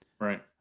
Right